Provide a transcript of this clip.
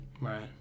right